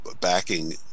backing